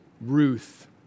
Ruth